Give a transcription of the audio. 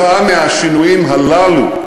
וכתוצאה מהשינויים הללו,